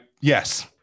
Yes